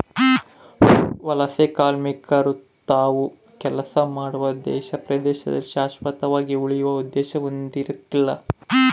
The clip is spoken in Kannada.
ವಲಸೆಕಾರ್ಮಿಕರು ತಾವು ಕೆಲಸ ಮಾಡುವ ದೇಶ ಪ್ರದೇಶದಲ್ಲಿ ಶಾಶ್ವತವಾಗಿ ಉಳಿಯುವ ಉದ್ದೇಶ ಹೊಂದಿರಕಲ್ಲ